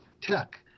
tech